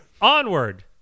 Onward